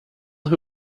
who